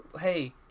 Hey